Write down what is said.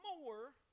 more